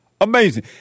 amazing